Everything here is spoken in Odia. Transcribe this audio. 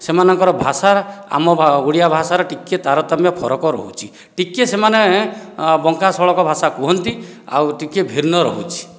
ସେମାନଙ୍କର ଭାଷା ଆମ ଓଡ଼ିଆ ଭାଷାର ଟିକିଏ ତାରତମ୍ୟ ରହୁଛି ଟିକିଏ ସେମାନେ ବଙ୍କା ସଳଖ ଭାଷା କୁହନ୍ତି ଆଉ ଟିକିଏ ଭିନ୍ନ ରହୁଛି